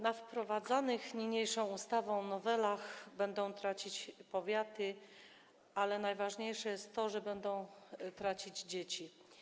Na wprowadzanych niniejszą ustawą zmianach będą tracić powiaty, ale najważniejsze jest to, że będą tracić dzieci.